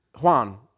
Juan